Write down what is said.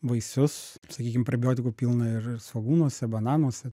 vaisius sakykim prebiotikų pilna ir svogūnuose bananuose